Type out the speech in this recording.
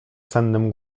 sennym